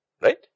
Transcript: Right